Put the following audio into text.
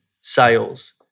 sales